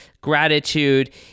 gratitude